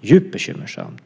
Det är djupt bekymmersamt.